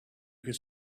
could